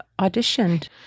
auditioned